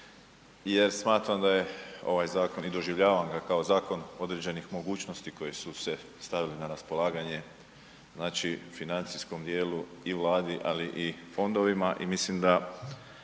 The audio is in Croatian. jer smatram da je ovaj zakon i doživljavam ga kao zakon određenih mogućnosti koje su se stavili na raspolaganje, znači, financijskom dijelu i Vladi, ali i fondovima i mislim da